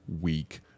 week